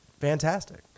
fantastic